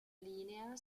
linea